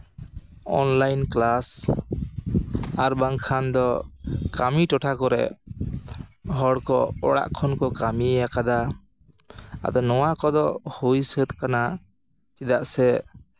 online class ᱟᱨ ᱵᱟᱝᱠᱷᱟᱱ ᱫᱚ ᱠᱟᱹᱢᱤ ᱴᱚᱴᱷᱟ ᱠᱚᱨᱮ ᱦᱚᱲ ᱠᱚ ᱚᱲᱟᱜ ᱠᱷᱚᱱ ᱠᱚ ᱠᱟᱹᱢᱤᱭ ᱟᱠᱟᱫᱟ ᱟᱫᱚ ᱱᱚᱣᱟ ᱠᱚᱫᱚ ᱦᱩᱭ ᱥᱟᱹᱛ ᱠᱟᱱᱟ ᱪᱮᱫᱟᱜ ᱥᱮ